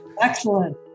Excellent